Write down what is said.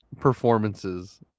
performances